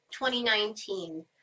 2019